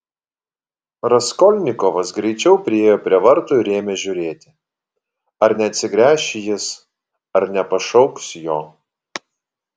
raskolnikovas greičiau priėjo prie vartų ir ėmė žiūrėti ar neatsigręš jis ar nepašauks jo